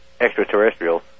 extraterrestrials